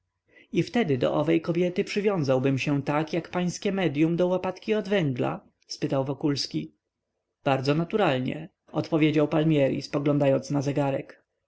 i wtedy do owej kobiety przywiązałbym się tak jak pańskie medyum do łopatki od węgli spytał wokulski bardzo naturalnie odpowiedział palmieri spoglądając na zegarek